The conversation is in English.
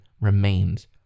remains